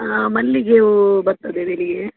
ಹಾಂ ಮಲ್ಲಿಗೆ ಹೂವು ಬರ್ತದೆ ಬೆಳಿಗ್ಗೆ